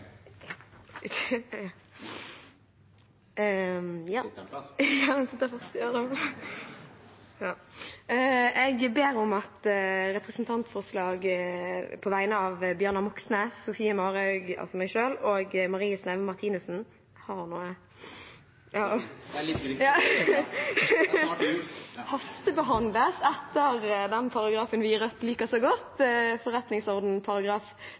Jeg ber om at representantforslaget på vegne av Bjørnar Moxnes, Marie Sneve Martinussen og meg selv hastebehandles etter den paragrafen i forretningsordenen vi i Rødt liker så godt,